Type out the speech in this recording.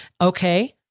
okay